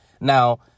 Now